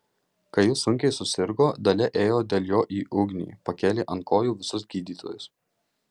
kai jis sunkiai susirgo dalia ėjo dėl jo į ugnį pakėlė ant kojų visus gydytojus